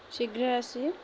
ଶୀଘ୍ର ଆସି